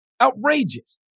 Outrageous